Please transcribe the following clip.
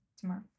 tomorrow